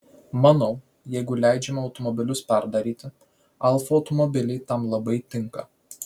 manau jeigu leidžiama automobilius perdaryti alfa automobiliai tam labai tinka